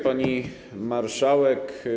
Pani Marszałek!